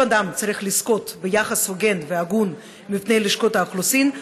כל אדם צריך לזכות ביחס הוגן והגון מלשכות האוכלוסין.